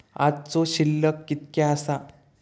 आजचो शिल्लक कीतक्या आसा?